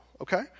okay